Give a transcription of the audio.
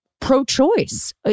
pro-choice